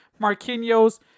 Marquinhos